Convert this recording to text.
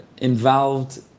involved